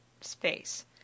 space